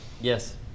Yes